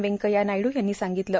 व्यंकच्या नायड्र यांनी सांगितलं